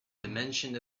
dimension